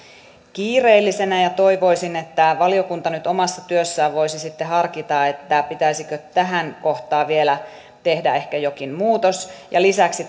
kiireellisenä ja toivoisin että valiokunta nyt omassa työssään voisi sitten harkita pitäisikö tähän kohtaan ehkä vielä tehdä jokin muutos lisäksi